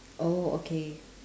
oh okay